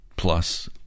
plus